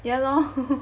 yeah lor